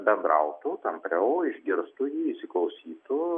bendrautų tampriau išgirstų jį įsiklausytų